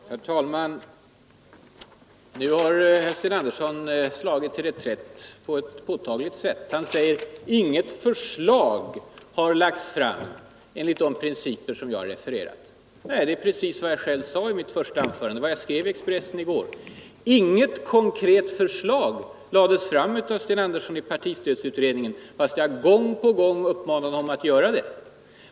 Herr talman! Nu har Sten Andersson slagit till reträtt på ett påtagligt sätt. Han säger: Inget förslag har lagts fram enligt de principer som jag refererat. Nej, det är precis vad jag själv sade i mitt första anförande och vad jag skrev i Expressen i går: Inget konkret förslag lades fram av Sten Andersson i partistödsutredningen, trots att jag gång på gång uppmanade honom att göra det.